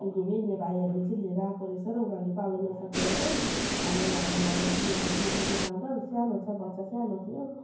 घुमिहिँड्ने भाइहरूले चाहिँ लिएर आएको रहेछ र उनीहरूले पाल्न नसकेर चाहिँ हाम्रो घरमा ल्याएर दिएको दिएको थियो बाँदर सानो छ बच्चा सानो थियो